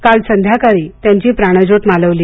काल संध्याकाळी त्यांची प्राणज्योत मालवली